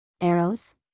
Arrows